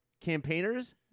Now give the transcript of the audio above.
campaigners